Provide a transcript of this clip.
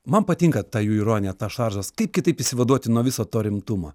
man patinka ta jų ironija šaržas kaip kitaip išsivaduoti nuo viso to rimtumo